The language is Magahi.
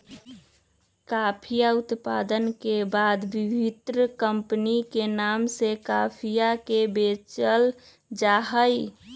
कॉफीया उत्पादन के बाद विभिन्न कमपनी के नाम से कॉफीया के बेचल जाहई